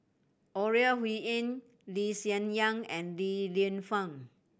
Ore Huiying Lee Hsien Yang and Li Lienfung